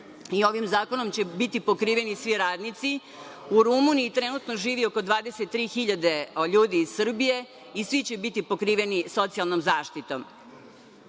Ovim zakonom će biti pokriveni svi radnici. U Rumuniji trenutno živi oko 23.000 ljudi iz Srbije i svi će biti pokriveni socijalnom zaštitom. Ono